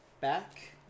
back